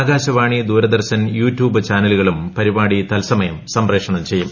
Akashvani Doordarshan YouTube ചാനലുകളും പരിപാടി തത്സമയം സംപ്രേഷണം ചെയ്യും